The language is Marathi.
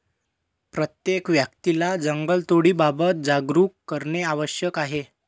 प्रत्येक व्यक्तीला जंगलतोडीबाबत जागरूक करणे आवश्यक आहे